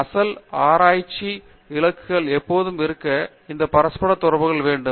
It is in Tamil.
அசல் ஆராய்ச்சி இலக்குகள் எப்போதும் இருக்க இந்த பரஸ்பர தொடர்பு வேண்டும்